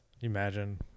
Imagine